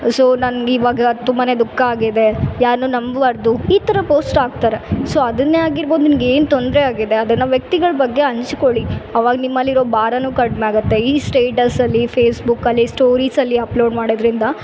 so ನನ್ಗೆ ಇವಾಗ ತುಂಬಾ ದುಕ್ಕ ಆಗಿದೆ ಯಾರನ್ನು ನಂಬ ಬಾರದು ಈ ಥರ ಪೋಸ್ಟ್ ಹಾಕ್ತಾರೆ ಸೊ ಅದನ್ನೇ ಆಗಿರ್ಬೋದು ನಿಮ್ಗೆ ಏನು ತೊಂದರೆ ಆಗಿದೆ ಅದನ್ನು ವ್ಯಕ್ತಿಗಳ ಬಗ್ಗೆ ಹಂಚ್ಕೊಳ್ಳಿ ಅವಾಗ ನಿಮ್ಮಲ್ಲಿರೋ ಭಾರ ಕಡಿಮೆ ಆಗುತ್ತೆ ಈ ಸ್ಟೇಟಸಲ್ಲಿ ಫೇಸ್ಬುಕಲ್ಲಿ ಸ್ಟೋರಿಸ್ ಅಲ್ಲಿ ಅಪ್ಲೋಡ್ ಮಾಡೋದ್ರಿಂದ